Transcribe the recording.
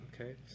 okay